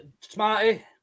smarty